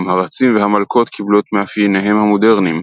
גם הרצים והמלכות קיבלו את מאפייניהם המודרניים.